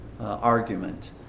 argument